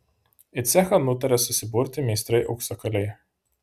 į cechą nutarė susiburti meistrai auksakaliai